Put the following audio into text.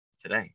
today